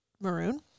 Maroon